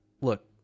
Look